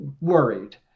worried